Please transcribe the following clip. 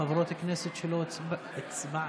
חברות הכנסת שלא הצביעו.